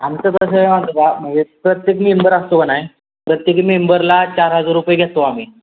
आमचं तसं म्हटलं म्हणजे प्रत्येक मेंबर असतो का नाय प्रत्येक मेंबरला चार हजार रुपये घेतो आम्ही